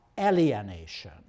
alienation